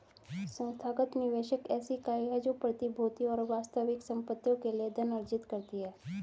संस्थागत निवेशक ऐसी इकाई है जो प्रतिभूतियों और वास्तविक संपत्तियों के लिए धन अर्जित करती है